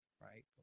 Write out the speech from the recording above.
right